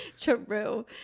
True